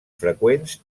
freqüents